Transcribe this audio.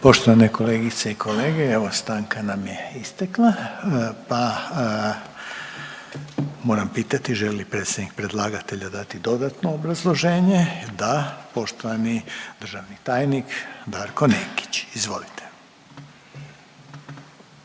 Poštovane kolegice i kolege, evo stanka nam je istekla pa moram pitati, želi li predsjednik predlagatelja dati dodatno obrazloženje? Da. Poštovani državni tajnik Darko Nekić, izvolite.